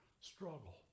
struggle